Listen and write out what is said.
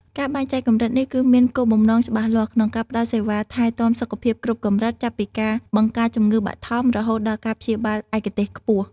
ការបែងចែកកម្រិតនេះគឺមានគោលបំណងច្បាស់លាស់ ក្នុងការផ្តល់សេវាថែទាំសុខភាពគ្រប់កម្រិត ចាប់ពីការបង្ការជំងឺបឋម រហូតដល់ការព្យាបាលឯកទេសខ្ពស់។